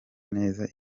neza